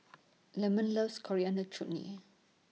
Lemon loves Coriander Chutney